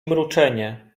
mruczenie